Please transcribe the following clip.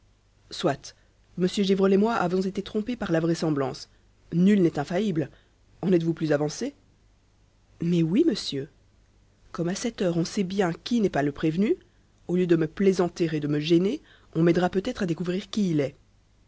soit m gévrol et moi avons été trompés par la vraisemblance nul n'est infaillible en êtes-vous plus avancés mais oui monsieur comme à cette heure on sait bien qui n'est pas le prévenu au lieu de me plaisanter et de me gêner on m'aidera peut-être à découvrir qui il est